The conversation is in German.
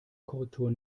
korrektur